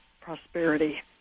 prosperity